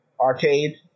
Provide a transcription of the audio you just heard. Arcade